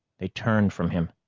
they turned from him,